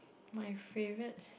my favourite